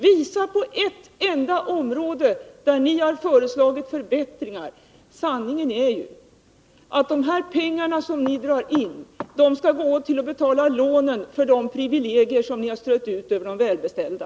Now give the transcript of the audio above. Visa på ett enda område där ni har föreslagit förbättringar! Sanningen är ju att de pengar som ni här drar in skall gå till att betala lånen för de privilegier som ni strött ut över de välbeställda.